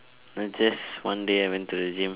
was just one day I went to the gym